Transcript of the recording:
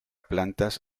plantas